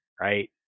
right